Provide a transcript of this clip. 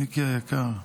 מיקי היקר.